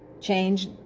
Change